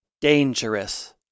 dangerous